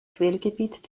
quellgebiet